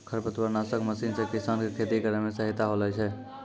खरपतवार नासक मशीन से किसान के खेती करै मे सहायता होलै छै